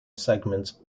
segments